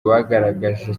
bagaragaje